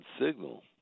signal